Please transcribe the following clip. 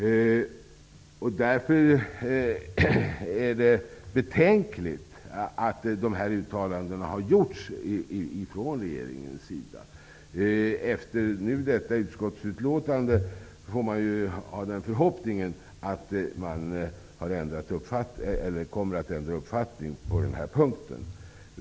Det är därför betänkligt att dessa uttalanden har gjorts från regeringen. Efter detta utskottsutlåtande får man ha den förhoppningen att regeringen kommer att ändra uppfattning på den här punkten.